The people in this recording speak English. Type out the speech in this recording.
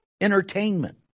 entertainment